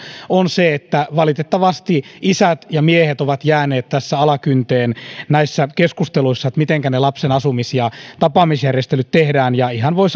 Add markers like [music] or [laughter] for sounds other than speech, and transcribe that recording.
on se että valitettavasti isät ja miehet ovat jääneet alakynteen näissä keskusteluissa siitä mitenkä ne lapsen asumis ja tapaamisjärjestelyt tehdään ja ihan voi [unintelligible]